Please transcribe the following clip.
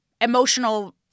emotional